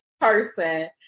person